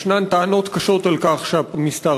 ישנן טענות קשות על כך שהמסתערבים,